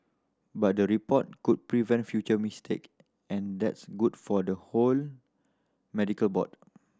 but the report could prevent future mistake and that's good for the whole medical board